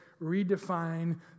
redefine